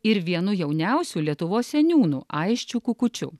ir vienu jauniausių lietuvos seniūnų aisčiu kukučiu